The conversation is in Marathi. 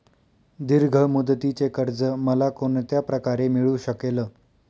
दीर्घ मुदतीचे कर्ज मला कोणत्या प्रकारे मिळू शकेल?